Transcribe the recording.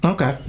Okay